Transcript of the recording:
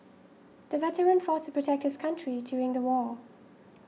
the veteran fought to protect his country during the war